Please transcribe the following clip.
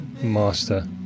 master